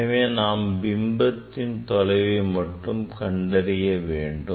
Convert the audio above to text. எனவே நாம் பிம்பத்தின் தொலைவை கண்டறிய வேண்டும்